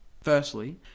Firstly